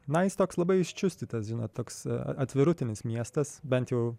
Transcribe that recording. na jis toks labai iščiustytas žinot toks atvirutinis miestas bent jau